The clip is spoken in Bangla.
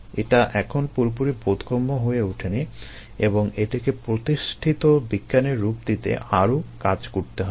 এটা এখনো পুরোপুরি বোধগম্য হয়ে ওঠে নি এবং এটিকে প্রতিষ্ঠিত বিজ্ঞানে রূপ দিতে আরো কাজ করতে হবে